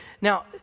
Now